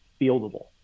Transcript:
fieldable